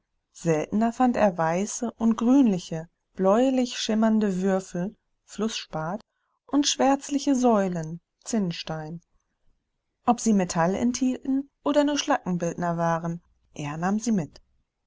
seltener fand er weiße und grünliche bläulich schimmernde würfel flußspat und schwärzliche säulen zinnstein ob sie metall enthielten oder nur schlackenbildner waren er nahm sie mit